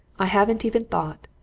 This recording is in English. i haven't even thought.